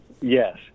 Yes